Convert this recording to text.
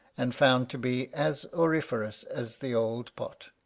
and found to be as auriferous as the old pot.